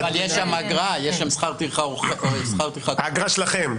אבל יש שם אגרה, יש שם שכר טרחה --- האגרה שלכם.